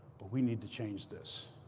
but we need to change this.